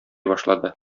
башлады